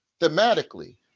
thematically